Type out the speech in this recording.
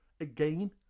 Again